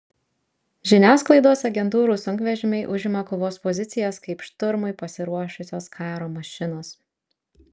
žiniasklaidos agentūrų sunkvežimiai užima kovos pozicijas kaip šturmui pasiruošusios karo mašinos